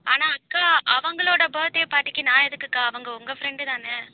ஆனால் அக்கா அவங்களோட பேர்டே பார்ட்டிக்கு நான் எதுக்குக்கா அவங்க உங்கள் ஃப்ரெண்டு தானே